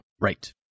right